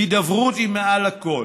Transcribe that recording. הידברות היא מעל הכול.